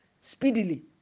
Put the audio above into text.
speedily